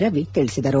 ರವಿ ತಿಳಿಸಿದರು